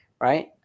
right